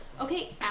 Okay